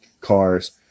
cars